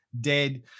dead